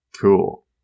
Cool